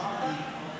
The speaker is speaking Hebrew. מה אמרת?